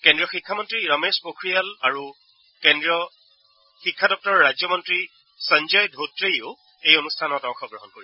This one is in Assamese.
কেন্দ্ৰীয় শিক্ষামন্তী ৰমেশ পোখৰিয়াল আৰু কেন্দ্ৰীয় শিক্ষা ৰাজ্য মন্তী সঞ্জয় ধোত্ৰেয়ো এই অনুষ্ঠানত অংশগ্ৰহণ কৰিব